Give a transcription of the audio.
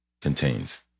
contains